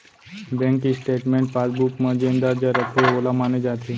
bank statement passbook म जेन दर्ज रथे वोला माने जाथे